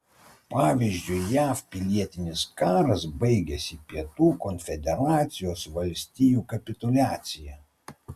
pavyzdžiui jav pilietinis karas baigėsi pietų konfederacijos valstijų kapituliacija